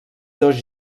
dos